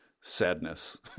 sadness